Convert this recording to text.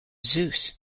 zeus